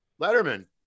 Letterman